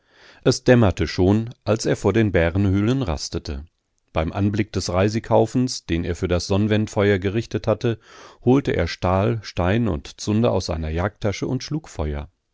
es dämmerte schon als er vor den bärenhöhlen rastete beim anblick des reisighaufens den er für das sonnwendfeuer gerichtet hatte holte er stahl stein und zunder aus seiner jagdtasche und schlug feuer